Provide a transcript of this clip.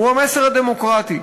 הוא המסר הדמוקרטי,